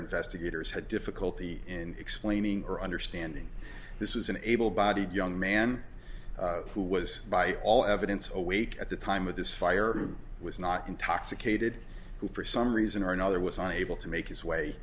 investigators had difficulty in explaining or understanding this was an able bodied young man who was by all evidence awake at the time of this fire was not intoxicated who for some reason or another was unable to make his way